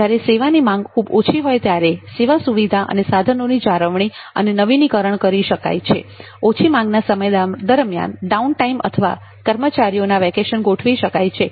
જ્યારે સેવાની માંગ ખૂબ ઓછી હોય ત્યારે સેવા સુવિધા અને સાધનોની જાળવણી અને નવીનીકરણ કરી શકાય છે ઓછી માંગ ના સમય દરમ્યાન ડાઉનટાઈમ તથા કર્મચારીઓના વેકેશન ગોઠવી શકાય છે